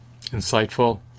insightful